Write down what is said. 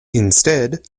instead